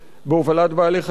בהובלת בעלי-חיים,